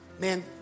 man